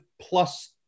plus